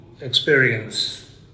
experience